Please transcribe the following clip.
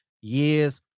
years